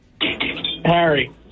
Harry